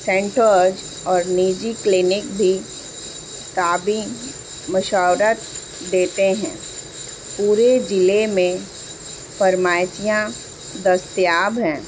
سینٹرج اور نجی کلینک بھی تاباں مشاورت دیتے ہیں پورے ضلعے میں فارمسیاں دستیاب ہیں